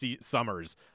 summers